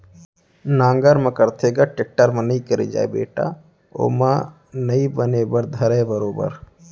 नांगर म करथे ग, टेक्टर म नइ करे जाय बेटा ओमा नइ बने बर धरय बरोबर